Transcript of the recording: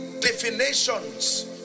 definitions